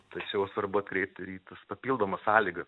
tačiau svarbu atkreipt ir į tas papildomas sąlygas